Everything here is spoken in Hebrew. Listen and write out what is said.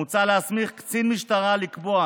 מוצע להסמיך קצין משטרה לקבוע,